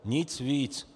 Nic víc.